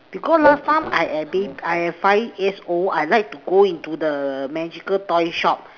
because last time I at bab~ I at five years old I like to go into the magical toyshop